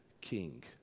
king